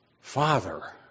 Father